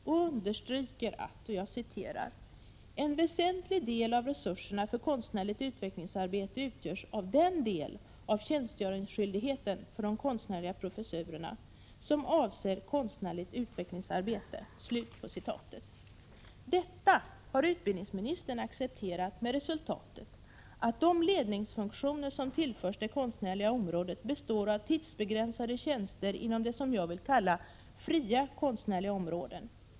Man understryker: ”En väsentlig del av resurserna för konstnärligt utvecklingsarbete utgörs av den del av tjänstgöringsskyldigheten för de konstnärliga professurerna, som avser konstnärligt utvecklingsarbete.” Detta har utbildningsministern accepterat, med resultatet att de ledningsfunktioner som tillförs det konstnärliga området består av tidsbegränsade tjänster inom vad som jag vill kalla de fria konstnärliga områdena.